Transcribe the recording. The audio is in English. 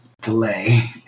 delay